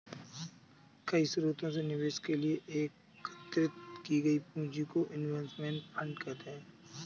कई स्रोतों से निवेश के लिए एकत्रित की गई पूंजी को इनवेस्टमेंट फंड कहते हैं